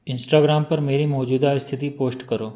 Instagram पर मेरी मौजूदा स्थिति पोश्ट करो